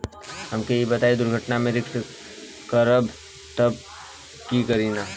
हमके ई बताईं दुर्घटना में रिस्क कभर करी कि ना?